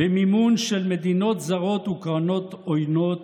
במימון של מדינות זרות וקרנות עוינות,